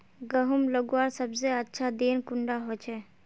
गहुम लगवार सबसे अच्छा दिन कुंडा होचे?